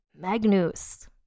Magnus